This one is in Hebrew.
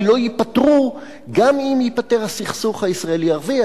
לא ייפתרו גם אם ייפתר הסכסוך הישראלי ערבי.